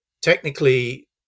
technically